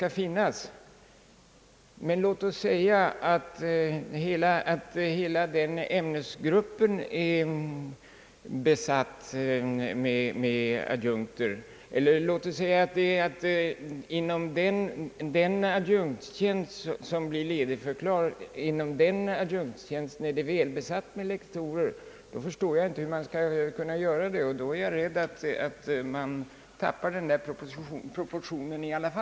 Antag emellertid, att hela ämnesgruppen är besatt med adjunkter eller att den ämnesgrupp inom vilken en adjunktstjänst blir ledig är väl besatt med lektorer! Jag förstår inte hur man skall göra i så fall. Jag är rädd för att man då ändå tappar proportionerna.